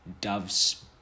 doves